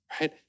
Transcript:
right